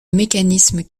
mécanisme